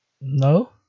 No